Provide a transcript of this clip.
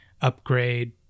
upgrade